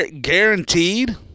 guaranteed